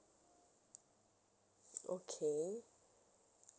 okay